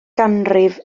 ganrif